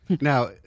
Now